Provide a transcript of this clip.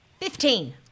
Fifteen